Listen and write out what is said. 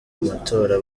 matora